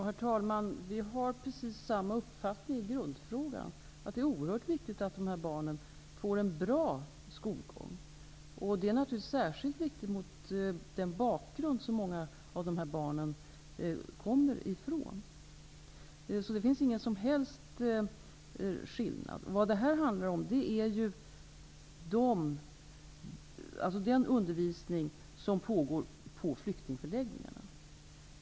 Herr talman! Vi har precis samma uppfattning i grundfrågan. Det är oerhört viktigt att dessa barn får en bra skolgång. Det är naturligtvis särskilt viktigt med den bakgrund som många av de här barnen har. Det finns ingen som helst skillnad där. Detta handlar om den undervisning som sker på flyktingförläggningarna.